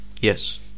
yes